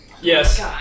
Yes